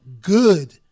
good